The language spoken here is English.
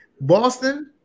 Boston